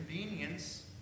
convenience